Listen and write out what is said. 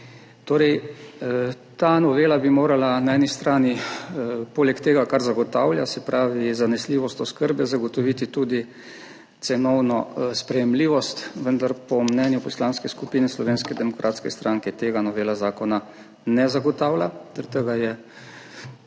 morala ta novela poleg tega, kar na eni strani zagotavlja, se pravi zanesljivost oskrbe, zagotoviti tudi cenovno sprejemljivost, vendar po mnenju Poslanske skupine Slovenske demokratske stranke tega novela zakona ne zagotavlja, zaradi tega je ne